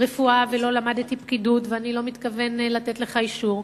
רפואה ולא למדתי פקידות ואני לא מתכוון לתת לך אישור.